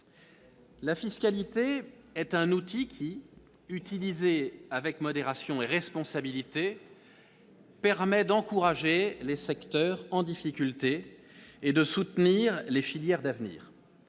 La fiscalité est un outil qui, utilisé avec modération et responsabilité, permet d'encourager les secteurs en difficulté et de soutenir les filières d'avenir.